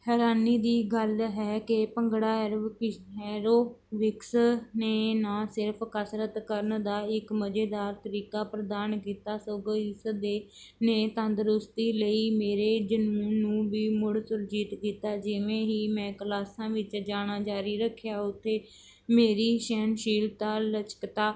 ਹੈਰਾਨੀ ਦੀ ਗੱਲ ਹੈ ਕਿ ਭੰਗੜਾ ਐਰੋਬਿਕਸ ਐਰੋਬਿਕਸ ਨੇ ਨਾ ਸਿਰਫ ਕਸਰਤ ਕਰਨ ਦਾ ਇੱਕ ਮਜ਼ੇਦਾਰ ਤਰੀਕਾ ਪ੍ਰਦਾਨ ਕੀਤਾ ਸਗੋਂ ਇਸ ਦੇ ਨੇ ਤੰਦਰੁਸਤੀ ਲਈ ਮੇਰੇ ਜਨਮ ਨੂੰ ਵੀ ਮੁੜ ਸੁਰਜੀਤ ਕੀਤਾ ਜਿਵੇਂ ਹੀ ਮੈਂ ਕਲਾਸਾਂ ਵਿੱਚ ਜਾਣਾ ਜਾਰੀ ਰੱਖਿਆ ਉੱਥੇ ਮੇਰੀ ਸਹਿਨਸ਼ੀਲਤਾ ਲਚਕਤਾ